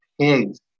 pigs